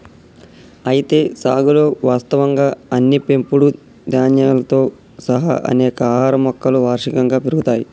అయితే సాగులో వాస్తవంగా అన్ని పెంపుడు ధాన్యాలతో సహా అనేక ఆహార మొక్కలు వార్షికంగా పెరుగుతాయి